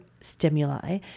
stimuli